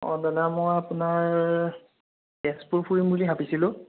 অঁ দাদা মই আপোনাৰ তেজপুৰ ফুৰিম বুলি ভাবিছিলোঁ